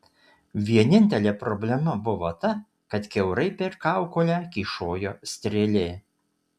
vienintelė problema buvo ta kad kiaurai per kaukolę kyšojo strėlė